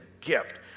gift